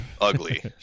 ugly